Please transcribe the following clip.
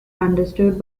understood